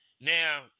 Now